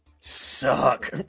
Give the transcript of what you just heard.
suck